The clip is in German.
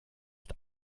ist